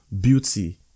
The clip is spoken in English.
beauty